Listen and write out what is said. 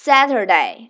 Saturday